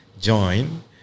join